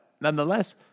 Nonetheless